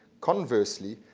conversely,